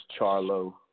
Charlo